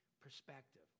perspective